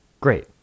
Great